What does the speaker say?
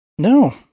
No